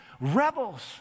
rebels